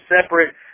separate